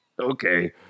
Okay